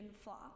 flaw